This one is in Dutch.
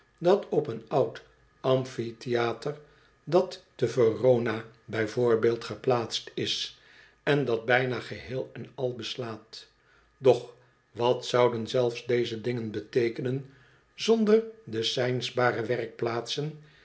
dat op een oud amphitheatre dat te verona bij voorbeeld geplaatst is en dat bijna geheel en al beslaat doch wat zouden zelfs deze dingen beteekenen zonder de cijnsbare werkplaatsen